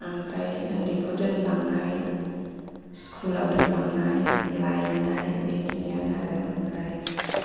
ओमफ्राइ उन्दैखौ दोनलांनाय स्कुलाव दोनलांनाय लायनाय बेखिनियानो आरो ओमफ्राइ